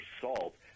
salt